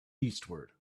eastward